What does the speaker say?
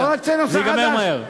זה ייגמר מהר.